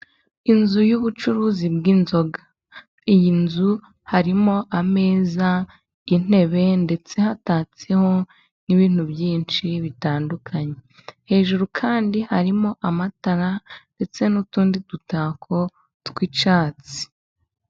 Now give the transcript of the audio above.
Inzu y'ubucuruzi bw'inzoga. Iyi nzu harimo ameza, intebe ndetse hatatseho n'ibintu byinshi bitandukanye. Hejuru kandi harimo amatara ndetse n'utundi dutako tw'icyatsi.